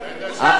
רגישות?